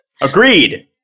Agreed